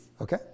Okay